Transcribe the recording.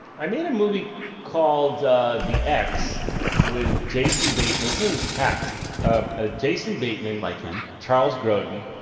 i made a movie called the ex with jason bateman listen to this cast um ah jason bateman. like him. charles grodin.